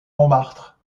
montmartre